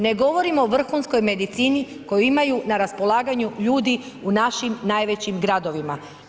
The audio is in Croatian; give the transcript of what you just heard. Ne govorim o vrhunskoj medicini koju imaju na raspolaganju ljudi u našim najvećim gradovima.